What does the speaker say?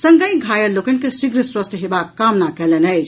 संगहि घायल लोकनि के शीघ्र स्वस्थ होयबाक कामना कयलन अछि